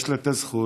יש לה את הזכות,